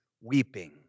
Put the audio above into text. weeping